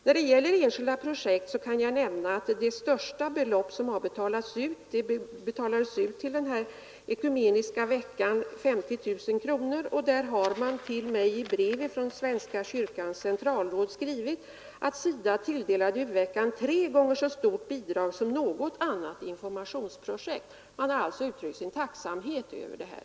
När det gäller enskilda projekt kan jag nämna att det största belopp som har betalats ut var 50 000 kronor som betalades ut till ekumeniska veckan. Man har i brev till mig från Svenska kyrkans centralråd skrivit att SIDA tilldelade u-veckan tre gånger så stort bidrag som något annat informationsprojekt. Man har alltså uttryckt sin tacksamhet över detta.